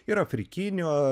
ir afrikinio